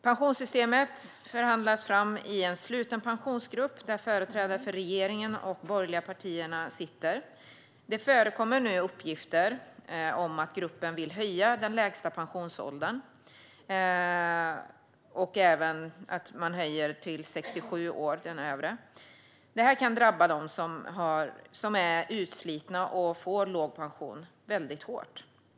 Pensionssystemet förhandlas fram i en sluten pensionsgrupp där företrädare för regeringen och de borgerliga partierna sitter. Det förekommer nu uppgifter om att gruppen vill höja den lägsta pensionsåldern och även höja den övre till 67 år. Detta kan drabba dem som är utslitna och får låg pension väldigt hårt.